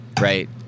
right